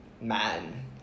man